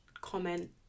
comment